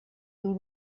dur